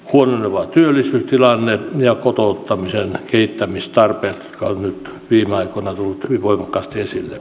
kun ovat työllisyystilanne ja kotouttamisen kehittämistarpeet kolmen viime aikoina tuuteri voimakkaasti esille